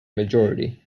majority